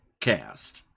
cast